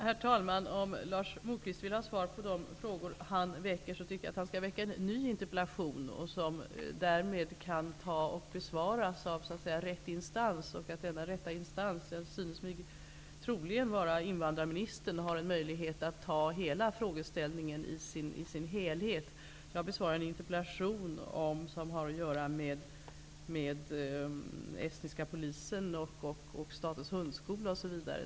Herr talman! Om Lars Moquist vill ha svar på de frågor han ställer, tycker jag att han skall väcka en ny interpellation, som då kan besvaras av så att säga rätt instans. Denna rätta instans synes mig vara invandrarministern, som har möjlighet att ta upp frågeställningen i dess helhet. Jag har besvarat en interpellation som har att göra med estniska polisen, Statens hundskola, m.m.